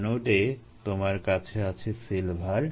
অ্যানোডে তোমার কাছে আছে সিলভার